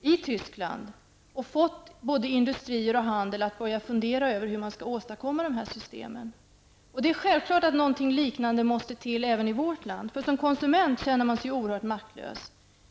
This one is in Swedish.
i Tyskland och har fått både industri och handel att börja fundera över hur man skall åstadkomma system för detta. Det är självklart att någonting liknande måste till även i vårt land. Som konsument känner man sig oerhört maktlös.